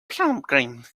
pilgrimage